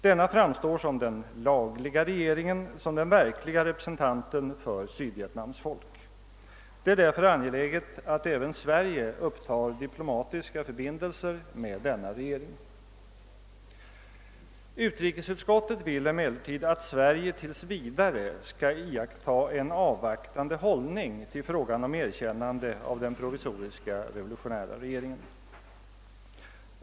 Denna framstår som den lagliga regeringen, som den verkliga representanten för Sydvietnams folk. Det är därför angeläget att även Sverige upptar diplomatiska förbindelser med denna regering. Utrikesutskottet vill emellertid att Sverige tills vidare skall iaktta en avvaktande hållning till frågan om erkännande av den provisoriska revolutionära regeringen.